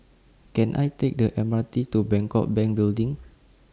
Can I Take The M R T to Bangkok Bank Building